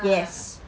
yes